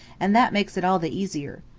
and that makes it all the easier.